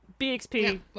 BXP